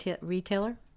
retailer